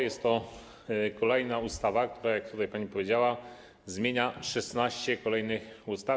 Jest to kolejna ustawa, która jak pani powiedziała, zmienia 16 kolejnych ustaw.